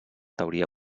teoria